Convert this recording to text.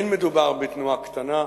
לא מדובר בתנועה קטנה.